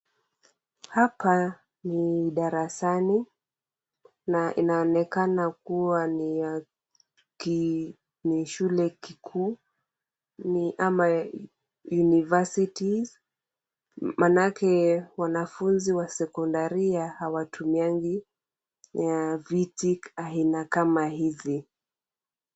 Hapa ni darasani na inaonekana kuwa ni shule kikuu ama university maanake wanafunzi wa sekondaria hawatumiagi viti aina kama hizi.